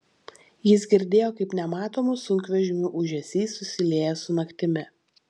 jis girdėjo kaip nematomų sunkvežimių ūžesys susilieja su naktimi